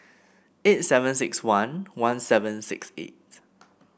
eight seven six one one seven six eight